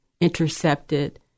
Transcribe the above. intercepted